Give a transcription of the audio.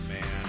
man